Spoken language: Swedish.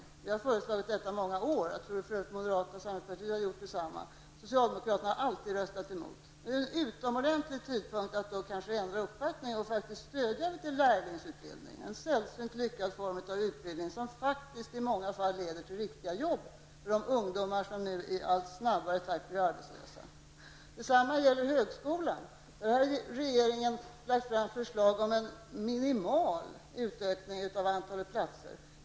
Vi har under många år föreslagit detta, och jag tror för övrigt att moderata samlingspartiet har gjort detsamma. Socialdemokraterna har alltid röstat emot. Nu är en utomordentlig tidpunkt att ändra uppfattning och faktiskt stödja förslaget om lärlingsutbildning. Det är en sällsynt lyckad form av utbildning, som faktiskt i många fall leder till riktiga arbeten för de ungdomar som nu i allt snabbare takt blir arbetslösa. Detsamma gäller högskolan. Regeringen har lagt fram förslag om en minimal utökning av antalet platser på högskolan.